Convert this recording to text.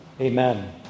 Amen